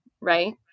right